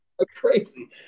crazy